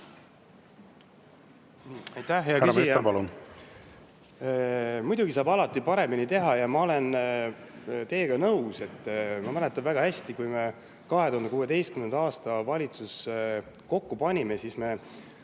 hea küsija! Muidugi saab alati paremini teha, ma olen teiega nõus. Ma mäletan väga hästi, et kui me 2016. aastal valitsust kokku panime, siis me